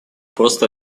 просто